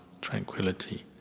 tranquility